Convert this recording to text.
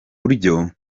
buryo